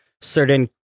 certain